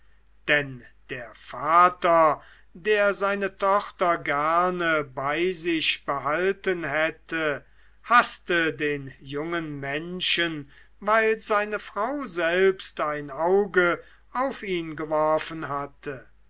denn der vater der seine tochter gerne bei sich behalten hätte haßte den jungen menschen weil seine frau selbst ein auge auf ihn geworfen hatte